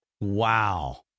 Wow